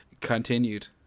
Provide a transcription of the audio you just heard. continued